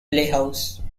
playhouse